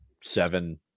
seven